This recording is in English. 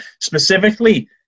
specifically